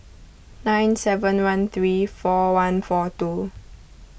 nine seven one three four one four two